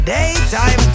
Daytime